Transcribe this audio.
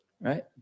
Right